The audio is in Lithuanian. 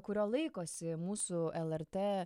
kurio laikosi mūsų lrt